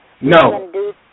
No